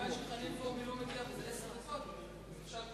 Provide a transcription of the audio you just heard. מכיוון שחנין זועבי לא מגיעה, וזה עשר דקות, אפשר,